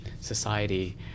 society